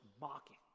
mocking